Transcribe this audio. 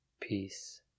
peace